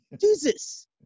Jesus